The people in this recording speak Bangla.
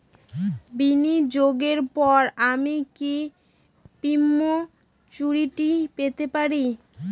বিনিয়োগের পর আমি কি প্রিম্যচুরিটি পেতে পারি?